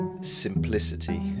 simplicity